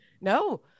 No